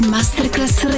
Masterclass